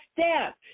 step